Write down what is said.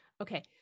Okay